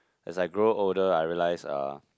as I grow older I realise uh